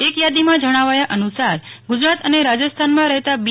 એક યાદી માં જણાવાયા અનુસાર ગુજરાત અને રાજસ્થાનમાં રહેતા બી